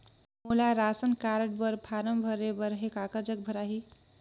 मोला ration card बर form भरे बर हे काकर जग भराही?